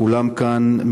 כולם כאן,